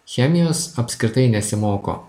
chemijos apskritai nesimoko